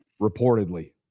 reportedly